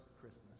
Christmas